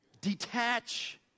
Detach